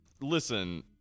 Listen